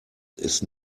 ist